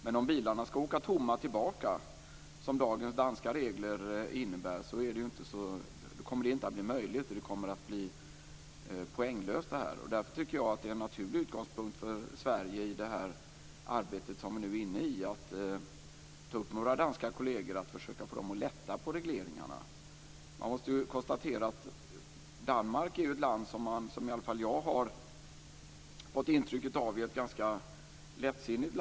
Men om bilarna skall åka tomma tillbaka, som dagens danska regler innebär, kommer det inte att bli möjligt. Allt detta kommer att bli poänglöst. Jag tycker att det arbete som vi nu är inne i är en naturlig utgångspunkt för Sverige, att försöka få våra danska kolleger att lätta på regleringarna. Danmark är ju ett land som i alla fall jag har fått intryck av är ganska lättsinnigt.